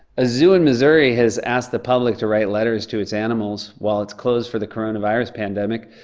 a zoo in missouri has asked the public to write letters to its animals while it's closed for the coronavirus pandemic.